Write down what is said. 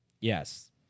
Yes